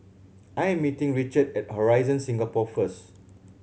I am meeting Richard at Horizon Singapore first